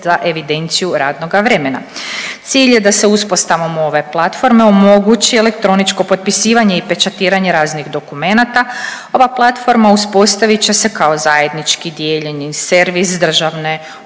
za evidenciju radnoga vremena. Cilj je da se uspostavom ove platforme omogući elektroničko potpisivanje i pečatiranje raznih dokumenata. Ova platforma uspostavit će se kao zajednički dijeljeni servis državne uprave.